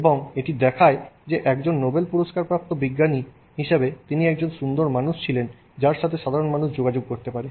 এবং এটি দেখায় যে একজন নোবেল পুরস্কারপ্রাপ্ত বিজ্ঞানী হিসাবে তিনি একজন সুন্দর মানুষ ছিলেন যার সাথে মানুষ যোগাযোগ করতে পারে